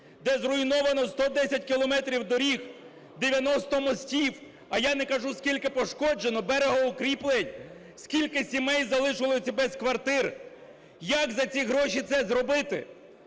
де зруйновано 110 кілометрів доріг, 90 мостів, а я не кажу, скільки пошкоджено берегоукріплень, скільки сімей залишилося без квартир. Як за ці гроші це зробити?